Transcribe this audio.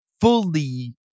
fully